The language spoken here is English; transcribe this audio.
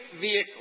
vehicle